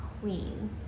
queen